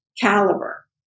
caliber